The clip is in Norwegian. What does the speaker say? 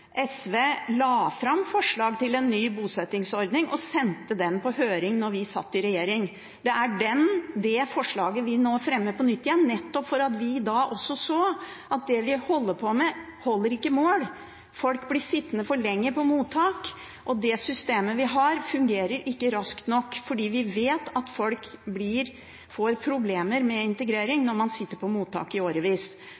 SV la fram forslag til en ny bosettingsordning og sendte den på høring da vi satt i regjering. Det er det forslaget vi fremmer på nytt igjen, nettopp fordi vi så at det vi holder på med, ikke holder mål. Folk blir sittende for lenge på mottak, og det systemet vi har, fungerer ikke raskt nok, og vi vet at folk får problemer med integrering når de sitter på mottak i årevis.